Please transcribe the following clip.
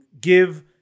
give